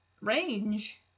range